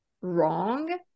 wrong